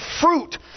fruit